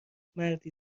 مردی